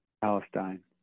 Palestine